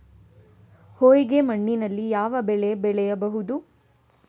ಹೊಯ್ಗೆ ಮಣ್ಣಿನಲ್ಲಿ ಯಾವ ಬೆಳೆ ಬೆಳೆಯಬಹುದು?